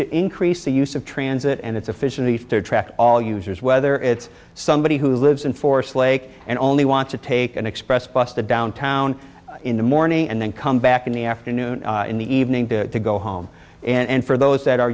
to increase the use of transit and it's efficiencies to attract all users whether it's somebody who lives in force lake and only want to take an express bus to downtown in the morning and then come back in the afternoon in the evening to go home and for those that are